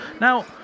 Now